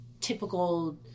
Typical